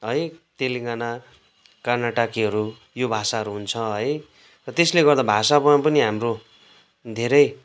है तेलेङ्गाना कर्नाटाकीहरू यो भाषाहरू हुन्छ है त्यसले गर्दा भाषामा पनि हाम्रो धेरै